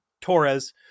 Torres